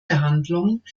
behandlung